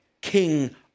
king